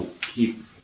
keep